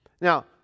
Now